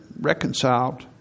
reconciled